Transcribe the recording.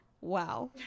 wow